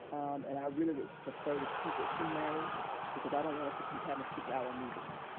and i really would prefer to keep it to may because i don't want us to keep having six hour meetings.